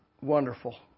wonderful